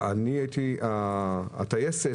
טייסת